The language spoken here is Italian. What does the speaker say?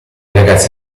ragazzi